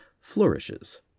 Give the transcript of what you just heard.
flourishes